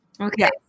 okay